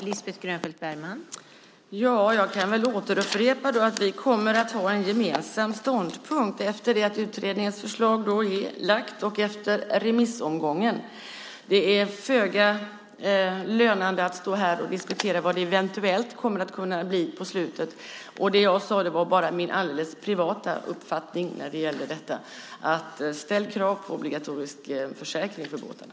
Fru talman! Jag kan återupprepa att vi kommer att ha en gemensam ståndpunkt efter det att utredningens förslag är lagt och efter remissomgången. Det är föga lönande att stå här och diskutera vad det eventuellt blir på slutet. Det jag sade var bara min alldeles privata uppfattning när det gäller detta: Ställ krav på obligatorisk försäkring för båtarna.